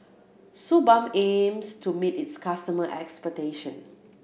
Suu Balm aims to meet its customer ' expectation